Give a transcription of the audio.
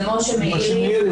זה משה מאירי.